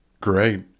Great